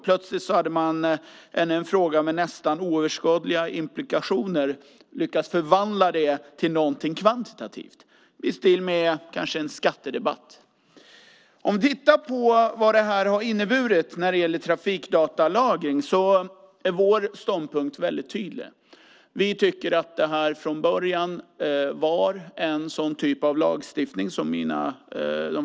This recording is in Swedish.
Plötsligt hade man i en fråga med nästan oöverskådliga implikationer lyckats förvandla det till något kvantitativt i stil med en skattedebatt. Beträffande vad detta har inneburit när det gäller trafikdatalagring är vår ståndpunkt tydlig. Vi har från början tyckt att det var en sådan typ av lagstiftning.